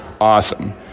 awesome